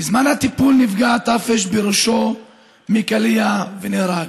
בזמן הטיפול נפגע טאפש בראשו מקליע ונהרג.